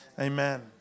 Amen